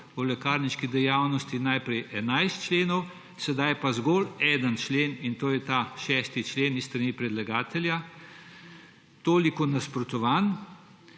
o lekarniški dejavnosti, najprej 11 členov, sedaj pa zgolj en člen, in to je ta 6. člen s strani predlagatelja, toliko nasprotuje.